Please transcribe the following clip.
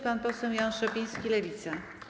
Pan poseł Jan Szopiński, Lewica.